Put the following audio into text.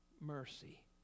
mercy